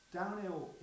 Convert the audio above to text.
downhill